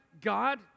god